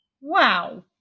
Wow